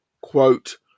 quote